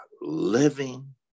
living